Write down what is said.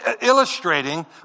illustrating